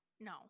No